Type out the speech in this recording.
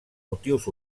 motius